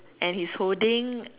and he's holding